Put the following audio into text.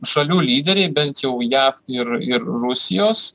šalių lyderiai bent jau jav ir ir rusijos